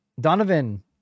donovan